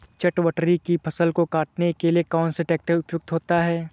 चटवटरी की फसल को काटने के लिए कौन सा ट्रैक्टर उपयुक्त होता है?